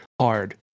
hard